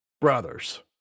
Brothers